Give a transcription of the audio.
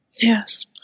Yes